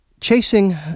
chasing